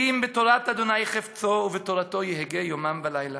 כי אם בתורת ה' חפצו ובתורתו יהגה יומם ולילה.